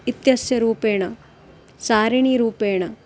इत्यस्य रूपेण सारिणीरूपेण